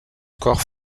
corps